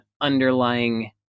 underlying